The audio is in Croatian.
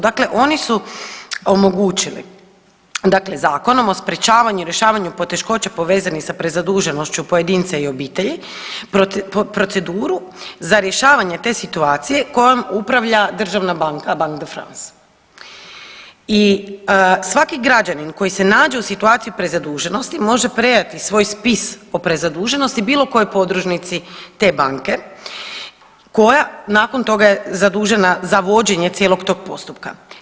Dakle, oni su omogućili, dakle Zakonom o sprječavanju, rješavanju poteškoća povezanih sa prezaduženošću pojedinca i obitelji proceduru za rješavanje te situacije kojom upravlja državna banka Bank de France i svaki građanin koji se nađe u situaciji prezaduženosti može predati svoj spis o prezaduženosti bilo kojoj podružnici te banke koja nakon toga je zadužena za vođenje cijelog tog postupka.